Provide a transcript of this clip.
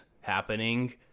happening